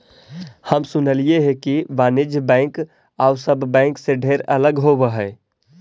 हम सुनलियई हे कि वाणिज्य बैंक आउ सब बैंक से ढेर अलग होब हई